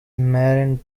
marine